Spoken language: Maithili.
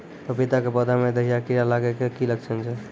पपीता के पौधा मे दहिया कीड़ा लागे के की लक्छण छै?